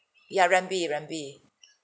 ya rambi rambi